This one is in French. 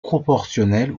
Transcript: proportionnel